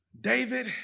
David